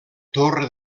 torre